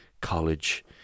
college